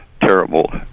terrible